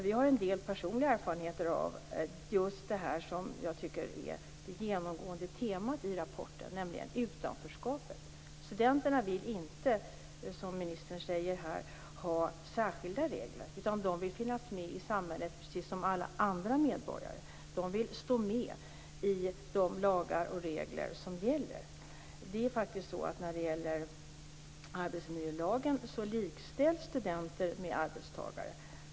Vi har en del personliga erfarenheter av just det som jag tycker är det genomgående temat i rapporten, nämligen utanförskapet. Studenterna vill inte, som ministern sade här, ha särskilda regler. De vill finnas med i samhället precis som alla andra medborgare och stå med i de lagar och regler som gäller. I arbetsmiljölagen likställs faktiskt studenter med arbetstagare.